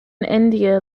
india